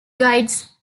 guides